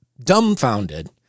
dumbfounded